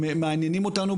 הם מעניינים אותנו,